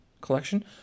collection